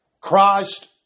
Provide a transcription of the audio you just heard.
Christ